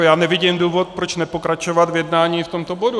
Já nevidím důvod, proč nepokračovat v jednání v tomto bodu.